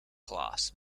class